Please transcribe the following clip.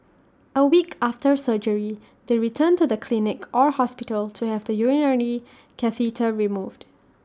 A week after surgery they return to the clinic or hospital to have the urinary catheter removed